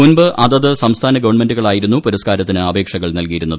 മുൻപ് അതതു സംസ്ഥാന ഗവൺമെന്റുകളായിരുന്നു പുരസ്ക്കാരത്തിന് അപേക്ഷകൾ നൽകിയിരുന്നത്